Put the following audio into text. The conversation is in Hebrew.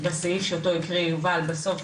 בסעיף שאותו הקריא יובל בסוף,